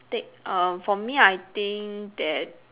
take err for me I think that